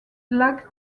lacked